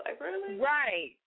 Right